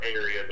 area